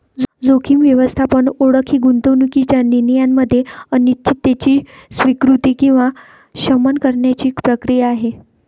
जोखीम व्यवस्थापन ओळख ही गुंतवणूकीच्या निर्णयामध्ये अनिश्चिततेची स्वीकृती किंवा शमन करण्याची प्रक्रिया आहे